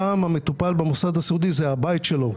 והמטופל במוסד סיעודי המוסד זה הבית שלו.